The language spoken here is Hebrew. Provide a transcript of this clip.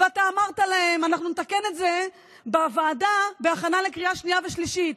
ואתה אמרת להם: אנחנו נתקן את זה בוועדה בהכנה לקריאה שנייה ושלישית.